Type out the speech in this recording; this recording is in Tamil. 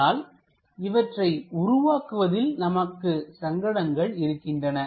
ஆனால் இவற்றை உருவாக்குவதில் நமக்கு சங்கடங்கள் இருக்கின்றன